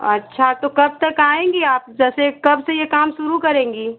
अच्छा तो कब तक आएँगी आप जैसे कब से यह काम शुरू करेंगी